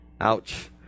Ouch